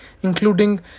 including